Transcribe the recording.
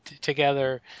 together